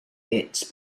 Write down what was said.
hits